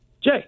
Jay